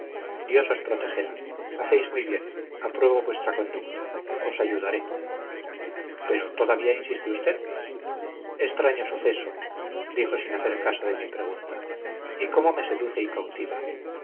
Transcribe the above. os protegerá hacéis muy bien apruebo vuestra conducta os ayudaré pero todavía insiste usted extraño suceso dijo sin hacer caso de mi pregunta y cómo me seduce y cautiva